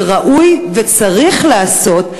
וראוי וצריך לעשות,